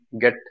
get